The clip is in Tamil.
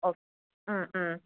ஓ ம் ம்